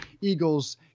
Eagles